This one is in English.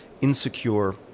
insecure